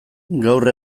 gaur